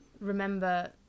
remember